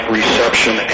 reception